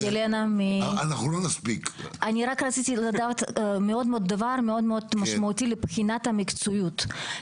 אני רק רוצה לדעת דבר מאוד משמעותי לבחינת המקצועיות.